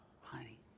honey